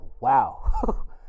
wow